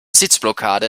sitzblockade